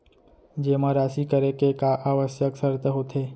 जेमा राशि करे के का आवश्यक शर्त होथे?